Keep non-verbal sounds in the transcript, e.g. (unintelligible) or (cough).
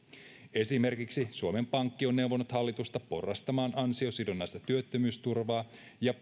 esimerkiksi suomen pankki on neuvonut hallitusta porrastamaan ansiosidonnaista työttömyysturvaa ja (unintelligible)